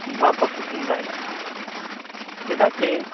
ᱵᱟᱠᱚ ᱥᱩᱴᱤᱝ ᱫᱟᱲᱮᱭᱟᱜ ᱠᱟᱱᱟ ᱪᱮᱫᱟᱜ ᱪᱮ